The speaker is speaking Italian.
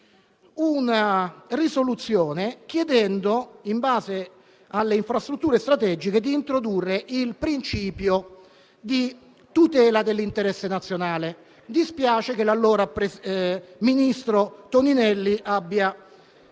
una risoluzione, chiedendo, in base alle infrastrutture strategiche, di introdurre il principio di tutela dell'interesse nazionale. Dispiace che l'allora ministro Toninelli abbia